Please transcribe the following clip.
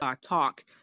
talk